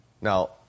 Now